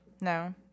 No